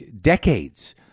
decades